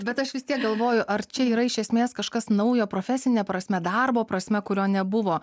bet aš vis tiek galvoju ar čia yra iš esmės kažkas naujo profesine prasme darbo prasme kurio nebuvo